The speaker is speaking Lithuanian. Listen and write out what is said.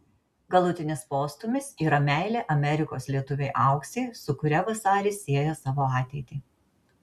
galutinis postūmis yra meilė amerikos lietuvei auksei su kuria vasaris sieja savo ateitį